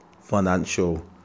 financial